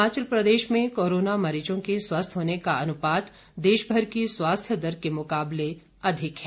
हिमाचल प्रदेश में कोरोना मरीजों के स्वस्थ होने का अनुपात देश भर की स्वास्थ्य दर के मुकाबले अधिक है